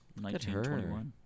1921